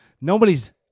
Nobody's